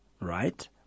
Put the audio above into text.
right